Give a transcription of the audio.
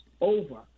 over